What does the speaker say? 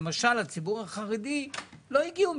למשל לציבור החרדי לא הגיעו,